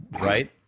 Right